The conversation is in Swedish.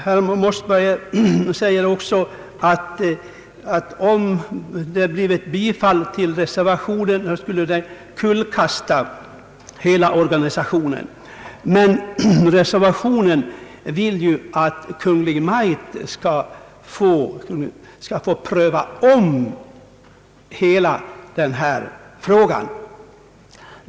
Herr Mossberger säger att om reservationen bifalles skulle hela organisationen kullkastas. Men reservationen vill ju att Kungl. Maj:t skall pröva om hela denna fråga.